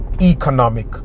economic